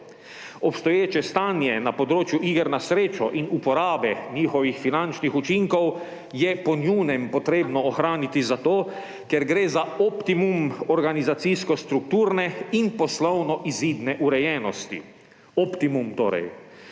Obstoječe stanje na področju iger na srečo in uporabe njihovih finančni učinkov je po njunem treba ohraniti zato, ker gre za optimum organizacijsko-strukturne in poslovnoizidne urejenosti, optimum torej.